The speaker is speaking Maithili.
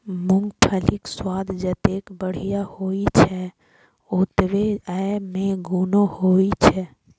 मूंगफलीक स्वाद जतेक बढ़िया होइ छै, ओतबे अय मे गुणो होइ छै